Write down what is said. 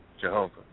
Jehovah